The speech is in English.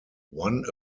one